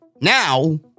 now